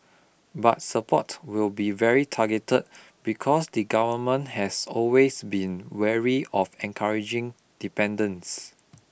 but support will be very targeted because the Government has always been wary of encouraging dependence